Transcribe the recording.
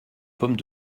pommes